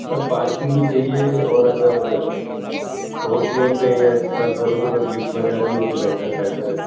سر parking بھی چاہیے اور اگر فورتھ فلور پہ یا تھرڈ فلور پہ تو اگر لیفٹ وغیرہ بھی ہو تو بیٹر بہتر ہے